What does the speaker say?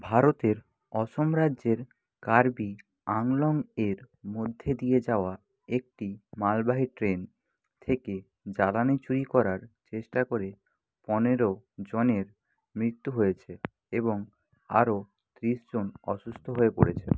ভারতের অসম রাজ্যের কার্বি আংলং এর মধ্যে দিয়ে যাওয়া একটি মালবাহী ট্রেন থেকে জ্বালানি চুরি করার চেষ্টা করে পনেরো জনের মৃত্যু হয়েছে এবং আরও ত্রিশ জন অসুস্থ হয়ে পড়েছে